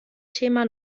thema